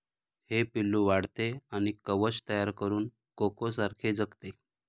हे पिल्लू वाढते आणि कवच तयार करून कोकोसारखे जगते